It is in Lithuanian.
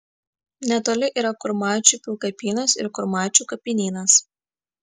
netoli yra kurmaičių pilkapynas ir kurmaičių kapinynas